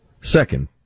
Second